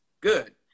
good